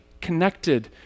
connected